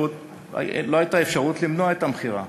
לא הייתה אפשרות למנוע את המכירה.